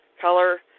color